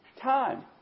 Time